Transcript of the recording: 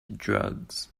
drugs